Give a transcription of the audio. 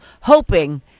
hoping